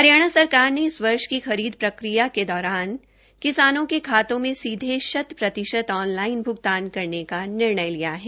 हरियाणा सरकार ने इस वर्ष की खरीद प्रक्रिया के दौरान राज्य सरकार ने किसानों के खाते में सीधे शत प्रतिशत ऑन लाइन भुगतान करने का निर्णय लिया है